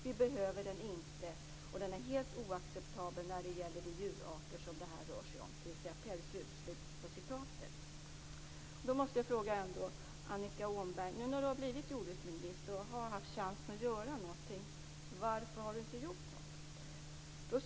Vi behöver den inte, och den är helt oacceptabel när det gäller de djurarter som det rör sig om." Då måste jag ställa en fråga till Annika Åhnberg.